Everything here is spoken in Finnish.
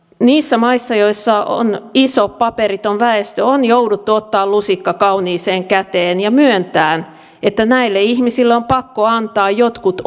niissä maissa missä on iso paperiton väestö on jouduttu ottamaan lusikka kauniiseen käteen ja myöntämään että näille ihmisille on pakko antaa jotkut